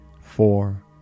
four